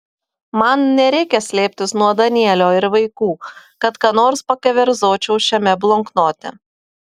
man nereikia slėptis nuo danielio ir vaikų kad ką nors pakeverzočiau šiame bloknote